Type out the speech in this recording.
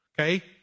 okay